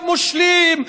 הם מושלים,